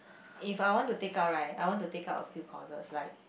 if I want to take up right I want to take up a few courses like